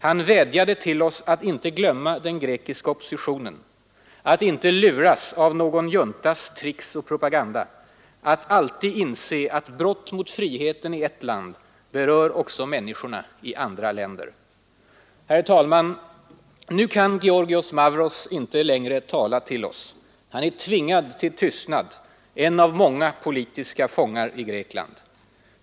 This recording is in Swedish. Han vädjade till oss att inte glömma den grekiska oppositionen, att inte luras av någon juntas tricks och propaganda, att alltid inse att brott mot friheten i ett land berör också människorna i andra länder. Nu kan Giorgios Mavros inte längre tala till oss. Han är tvingad till tystnad, en av många politiska fångar i Grekland.